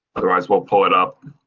otherwise, we'll pull it up.